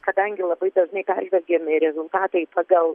kadangi labai dažnai peržvelgiami rezultatai pagal